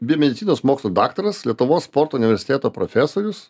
biomedicinos mokslų daktaras lietuvos sporto universiteto profesorius